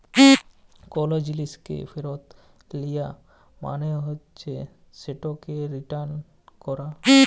call জিলিসকে ফিরত লিয়া মালে হছে সেটকে রিটার্ল ক্যরা